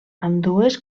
ambdues